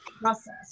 process